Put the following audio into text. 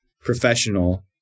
professional